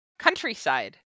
Countryside